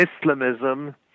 Islamism